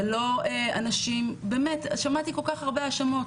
זה לא אנשים באמת שמעתי כל כך הרבה האשמות,